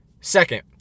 Second